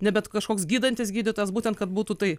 ne bet kažkoks gydantis gydytojas būtent kad būtų tai